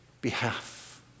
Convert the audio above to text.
behalf